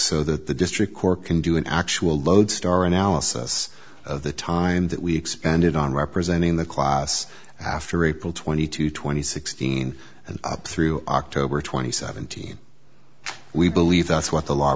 so that the district court can do an actual lodestar analysis of the time that we expended on representing the class after april twenty two twenty sixteen and up through october twenty seventh teen we believe that's w